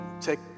take